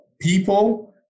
people